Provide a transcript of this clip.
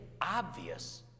obvious